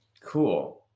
cool